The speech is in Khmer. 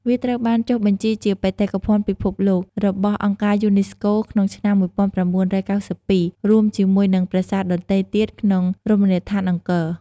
វាត្រូវបានចុះបញ្ជីជា បេតិកភណ្ឌពិភពលោក របស់អង្គការយូណេស្កូក្នុងឆ្នាំ ១៩៩២ រួមជាមួយនឹងប្រាសាទដទៃទៀតក្នុងរមណីយដ្ឋានអង្គរ។